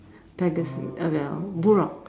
Pegasus uh well Buraq